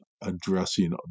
addressing